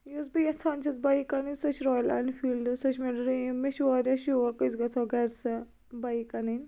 یۄس بہٕ یَژھان چھَس بایِک اَنٕنۍ سۄ چھِ رایل اٮ۪نفیڈٕ سۄ چھِ مےٚ ڈریٖم مےٚ چھُ وارِیاہ شوق أسۍ گَژھو گَرِ سۄ بایک اَنٕنۍ